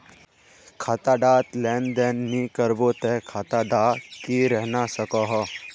खाता डात लेन देन नि करबो ते खाता दा की रहना सकोहो?